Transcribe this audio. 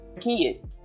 kids